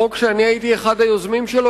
חוק שהייתי אחד היוזמים שלו,